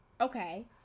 Okay